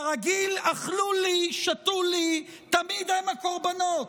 כרגיל "אכלו לי", "שתו לי" תמיד הם הקורבנות.